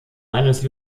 eines